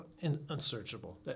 unsearchable